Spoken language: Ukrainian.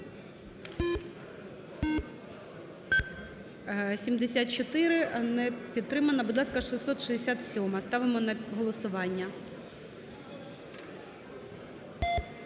За-74 Не підтримана. Будь ласка, 667-а, ставимо на голосування.